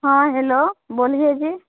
हाँ हैलो बोलिये जी